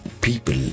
people